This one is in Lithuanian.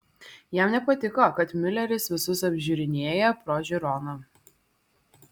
jam nepatiko kad miuleris visus apžiūrinėja pro žiūroną